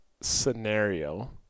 scenario